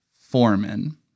Foreman